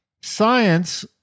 Science